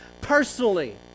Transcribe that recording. personally